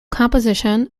composition